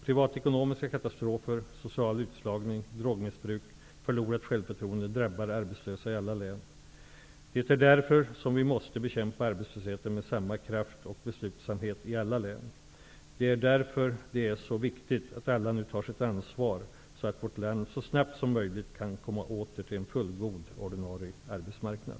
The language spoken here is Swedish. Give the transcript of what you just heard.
Privatekonomiska katastrofer, social utslagning, drogmissbruk, förlorat självförtroende drabbar arbetslösa i alla län. Det är därför som vi måste bekämpa arbetslösheten med samma kraft och beslutsamhet i alla län. Det är därför det är så viktigt att alla nu tar sitt ansvar så att vårt land så snabbt som möjligt kan komma åter till en fullgod ordinarie arbetsmarknad.